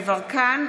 יברקן,